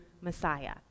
Messiah